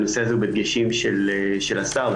הנושא הזה הוא בדגשים של השר,